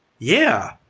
yeah!